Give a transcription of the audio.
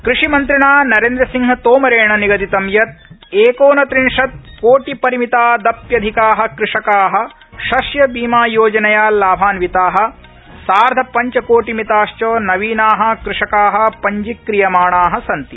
कृषिमन्त्रिणा नरेन्द्रसिंहतोमरेण अपि निगदितं यत् एकोनत्रिंशत् कोटिपरिमितादप्यधिका कृषका अनया बीमायोजनया लाभान्विता सार्धपंचकोटिमिताश्च नवीना कृषका पंजीक्रियमाणा सन्ति